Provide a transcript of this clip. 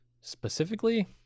specifically